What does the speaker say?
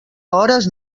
hores